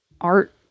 art